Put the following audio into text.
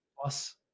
plus